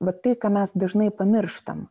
bet tai ką mes dažnai pamirštam